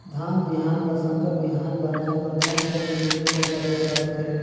धान बिहान ल संकर बिहान बनाय बर कोन कोन बिधी कर प्रयोग करथे?